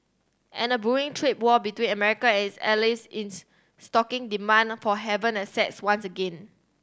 and a brewing trade war between America and its allies stoking demand for haven assets once again